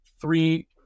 three